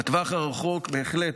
בטווח הרחוק, בהחלט,